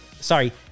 sorry